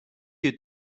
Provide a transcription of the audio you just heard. you